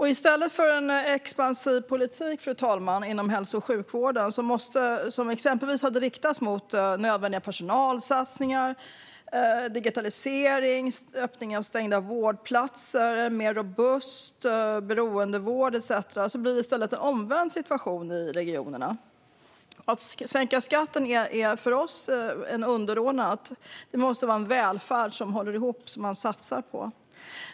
I stället för en expansiv politik inom hälso och sjukvården, fru talman, med inriktning mot exempelvis nödvändiga personalsatsningar, digitalisering, öppning av stängda vårdplatser, en mer robust beroendevård etcetera, blir det en omvänd situation i regionerna. Att sänka skatten är för oss underordnat. Det måste vara en välfärd som håller ihop som man satsar på.